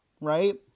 Right